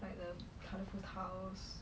like the colorful tiles